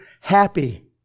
happy